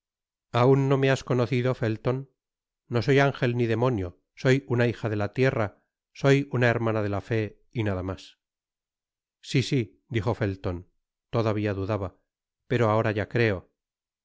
aun no me has conocido felton no soy ángel ni demonio soy una hija de la tierra soy una hermana de la fe y nada mas si si dijo felton todavia dudaba pero ahora ya creo